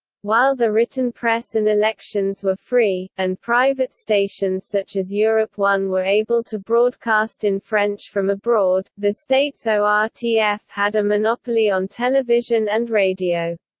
while the written press and elections were free, and private stations such as europe one were able to broadcast in french from abroad, the state's so um yeah ortf had a monopoly on television and radio.